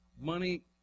Money